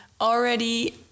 already